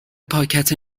پاکت